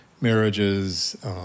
marriages